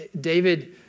David